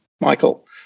Michael